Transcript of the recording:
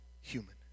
human